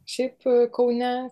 šiaip kaune